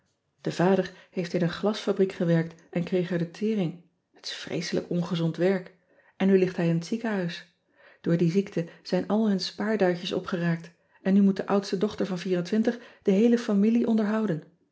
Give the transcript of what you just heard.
e vader heeft in een glasfabriek gewerkt en kreeg er de tering het is vreeselijk ongezond werk en nu ligt hij in het ziekenhuis oor die ziekte zijn al hun spaarduitjes opgeraakt en nu moet de oudste dochter van de heele familie onderhouden